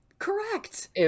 Correct